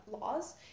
laws